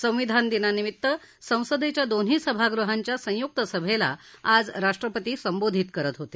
संविधान दिना निमित संसदेच्या दोन्ही सभागृहांच्या संयुक्त सभेला आज राष्ट्रपती संबोधित करत होते